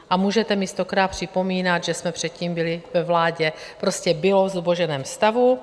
A můžete mi stokrát připomínat, že jsme předtím byli ve vládě, prostě bylo v zuboženém stavu.